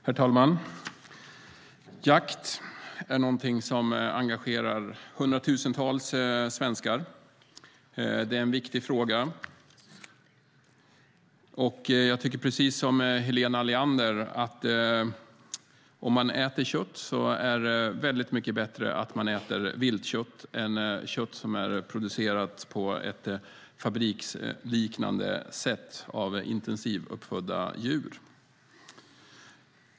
Herr talman! Jakt är någonting som engagerar hundratusentals svenskar. Det är en viktig fråga. Jag tycker precis som Helena Leander att om man äter kött är det mycket bättre att äta viltkött än kött som är producerat på ett fabriksliknande sätt av intensivuppfödda djur.